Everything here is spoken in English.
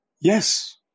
Yes